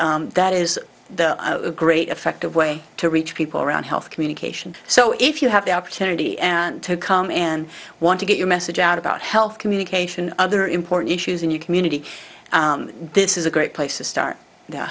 and that is the great effective way to reach people around health communication so if you have the opportunity and to come in want to get your message out about health communication other important issues and you community this is a great place to start